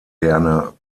gerne